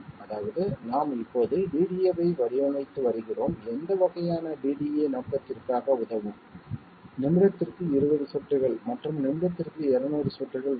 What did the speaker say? அதாவது நாம் இப்போது DDAவை வடிவமைத்து வருகிறோம் எந்த வகையான DDA நோக்கத்திற்காக உதவும் நிமிடத்திற்கு 20 சொட்டுகள் மற்றும் நிமிடத்திற்கு 200 சொட்டுகள் வேண்டும்